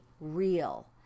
real